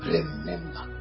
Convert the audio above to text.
Remember